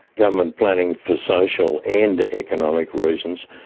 government planning for social and economic reasons.